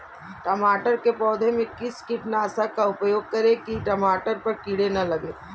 टमाटर के पौधे में किस कीटनाशक का उपयोग करें कि टमाटर पर कीड़े न लगें?